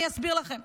אני אסביר לכם: